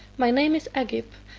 my name is agib,